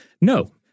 no